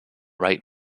right